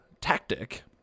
tactic